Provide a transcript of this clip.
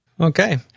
Okay